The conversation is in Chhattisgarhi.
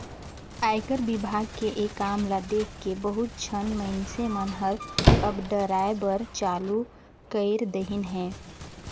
आयकर विभाग के ये काम ल देखके बहुत झन मइनसे मन हर अब डराय बर चालू कइर देहिन हे